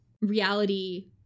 reality